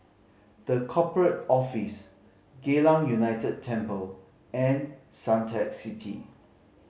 The Corporate Office Geylang United Temple and Suntec City